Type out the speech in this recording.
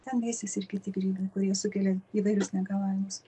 ten veisiasi ir kiti grybai kurie sukelia įvairius negalavimus